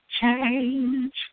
Change